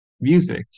music